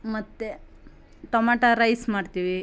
ಮತ್ತು tomato rice ಮಾಡ್ತೀವಿ